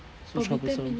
so troublesome